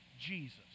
Jesus